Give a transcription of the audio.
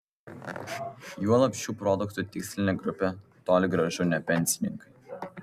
juolab šių produktų tikslinė grupė toli gražu ne pensininkai